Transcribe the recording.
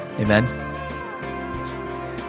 Amen